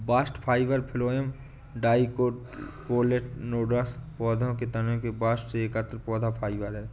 bast fibre phloem dicotyledonous पौधों के तने के बास्ट से एकत्र पौधा फाइबर है